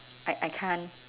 I I can't